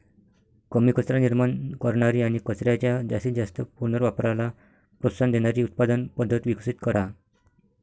कमी कचरा निर्माण करणारी आणि कचऱ्याच्या जास्तीत जास्त पुनर्वापराला प्रोत्साहन देणारी उत्पादन पद्धत विकसित करा